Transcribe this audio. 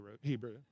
Hebrew